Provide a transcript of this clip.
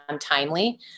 timely